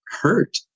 hurt